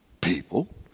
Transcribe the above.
people